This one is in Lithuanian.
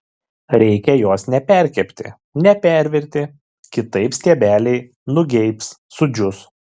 reikia jos neperkepti nepervirti kitaip stiebeliai nugeibs sudžius